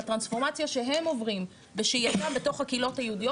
הטרנספורמציה שהם עוברים בשהייתם בתוך הקהילות היהודיות